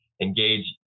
engage